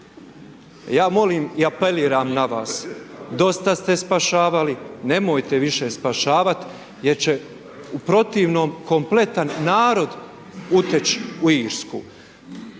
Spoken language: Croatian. Ja molim i apeliram na vas dosta ste spašavali, nemojte više spašavat jer će u protivnom kompletan narod uteć u Irsku.